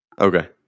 Okay